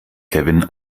kevin